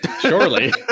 surely